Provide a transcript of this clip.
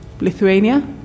Lithuania